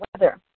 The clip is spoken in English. weather